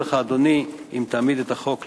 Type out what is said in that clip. אודה לך, אדוני, אם תעמיד את החוק להצבעה.